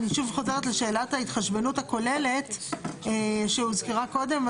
אני שוב חוזרת לשאלת ההתחשבנות הכוללת שהוזכרה קודם.